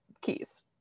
keys